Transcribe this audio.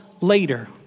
later